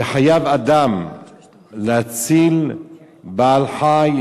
וחייב אדם להציל בעל-חיים,